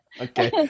Okay